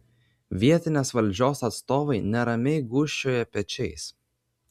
vietinės valdžios atstovai neramiai gūžčioja pečiais